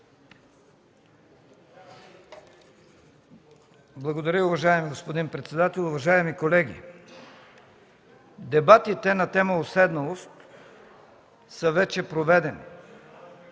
Благодаря. Уважаеми господин председател, уважаеми колеги! Дебатите на тема „уседналост” са вече проведени.